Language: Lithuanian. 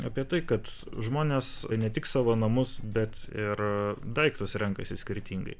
apie tai kad žmonės ne tik savo namus bet ir daiktus renkasi skirtingai